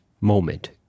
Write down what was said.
moment